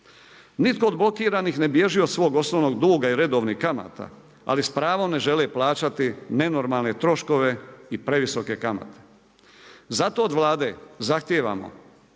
Nitko od blokiranih ne bježi od svog osnovnog duga i redovnih kamata, ali s pravom ne žele plaćati nenormalne troškove i previsoke kamate. Zato od Vlade zahtijevamo